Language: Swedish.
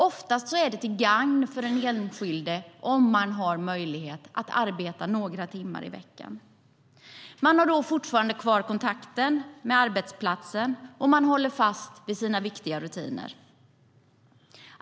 Oftast är det till gagn för den enskilde om det finns möjlighet att arbeta några timmar i veckan. Man har då fortfarande kvar kontakten med arbetsplatsen, och man håller fast vid sina viktiga rutiner.